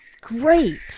Great